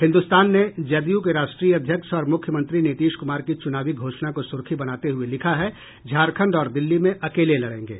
हिन्दुस्तान ने जदयू के राष्ट्रीय अध्यक्ष और मुख्यमंत्री नीतीश कुमार की चुनावी घोषणा को सुर्खी बनाते हुये लिखा है झारखंड और दिल्ली में अकेले लड़ेंगे